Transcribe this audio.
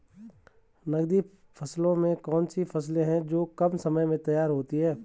नकदी फसलों में कौन सी फसलें है जो कम समय में तैयार होती हैं?